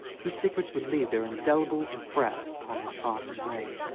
whose secrets would leave their indelible impress upon his heart and brain,